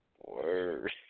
Word